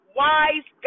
wise